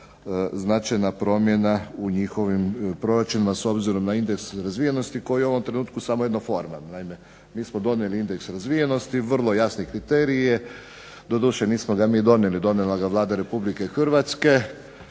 značajna promjena u njihovim proračunima s obzirom na indeks razvijenost koji je u ovom trenutku samo jedna forma. Naime, mi smo donijeli indeks razvijenosti, vrlo jasne kriterije. Doduše, nismo ga mi donijeli. Donijela ga je Vlada Republike Hrvatske.